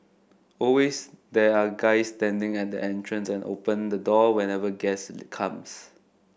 always there are guys standing at the entrance and open the door whenever guests becomes